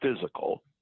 physical